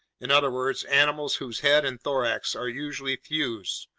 in other words, animals whose head and thorax are usually fused,